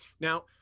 Now